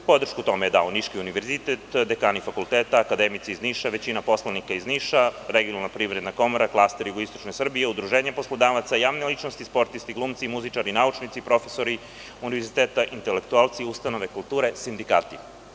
Podršku tome je dao Niški univerzitet, dekani fakulteta, akademici iz Niša, većina poslanika iz Niša, regionalna privredna komora, klaster jugoistočne Srbije, udruženje poslodavaca, javne ličnosti, sportisti, glumci, muzičari, naučnici, profesori univerziteta, intelektualci, ustanove kulture, sindikati.